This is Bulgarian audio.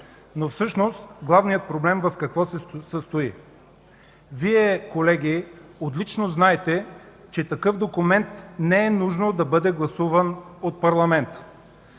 но всъщност: главният проблем в какво се състои? Вие, колеги, отлично знаете, че такъв документ не е нужно да бъде гласуван от парламента.